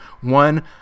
one